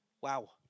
Wow